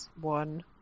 one